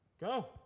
Go